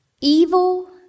Evil